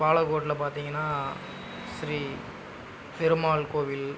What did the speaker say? பாலகோட்டைல பார்த்திங்கனா ஸ்ரீபெருமாள் கோவில்